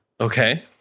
Okay